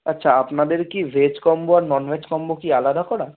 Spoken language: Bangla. আচ্ছা আপনাদের কি ভেজ কম্বো আর নন ভেজ কম্বো কি আলাদা করা